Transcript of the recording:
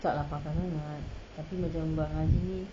tak lah pakar sangat tapi macam ngaji ni